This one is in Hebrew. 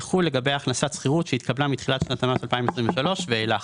יחול לגבי הכנסת שכירות שהתקבלה מתחילת שנת המס 2023 ואילך.